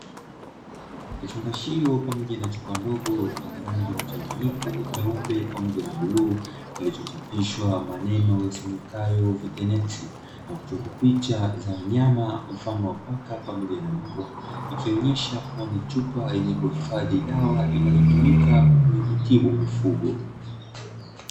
Kifukashio pamoja na chupa ndogo yenye rangi mchanganyiko nyeupe pamoja na bluu kilichochapishwa maneno yasemekayo vitenesi na kuchorwa picha za wanyama mfano wa paka pamoja na mbwa ikionyesha kuwa ni chupa yenye kuhifadhi dawa inazotumika kwenye kutibu mifugo.